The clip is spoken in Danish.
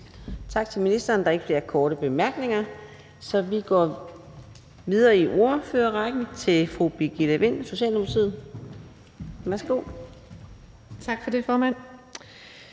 Tak til ministeren. Der er ikke flere korte bemærkninger, så vi går videre i ordførerrækken til fru Birgitte Vind, Socialdemokratiet. Værsgo. Kl. 17:53 (Ordfører)